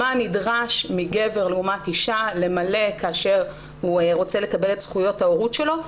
מה נדרש מגבר לעומת אישה למלא כאשר הוא רוצה לקבל את זכויות ההורות שלו.